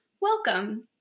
welcome